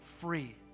free